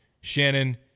Shannon